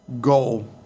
goal